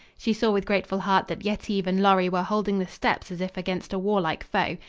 she saw with grateful heart that yetive and lorry were holding the steps as if against a warlike foe.